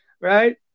right